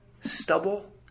stubble